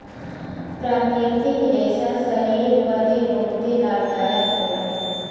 प्राकृतिक रेशा शरीर बदे बहुते लाभदायक होला